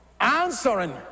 answering